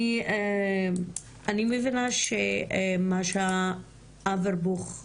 אני מבינה שמאשה אברבוך הגיעה.